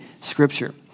scripture